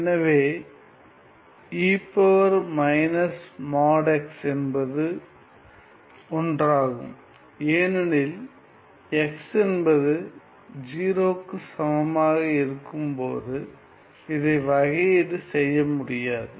எனவே e |x| என்பது ஒன்றாகும் ஏனெனில் x என்பது 0 சமமாக இருக்கும்போது இதை வகையீடு செய்ய முடியாது